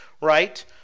right